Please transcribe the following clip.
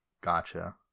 Gotcha